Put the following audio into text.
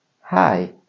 Hi